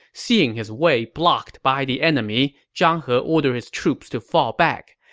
seeing his way blocked by the enemy, zhang he ordered his troops to fall back.